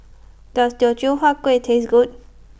Does Teochew Huat Kuih Taste Good